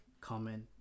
comment